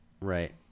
Right